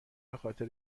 بخاطر